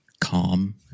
calm